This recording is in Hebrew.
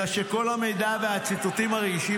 אלא שכל המידע והציטוטים הרגישים